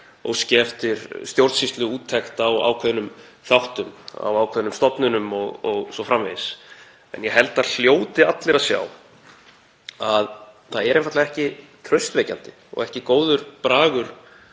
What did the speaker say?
óski eftir stjórnsýsluúttekt á ákveðnum þáttum, á ákveðnum stofnunum o.s.frv., en ég held að það hljóti allir að sjá að það er einfaldlega ekki traustvekjandi og ekki góður bragur